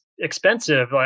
expensive